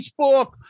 Facebook